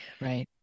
Right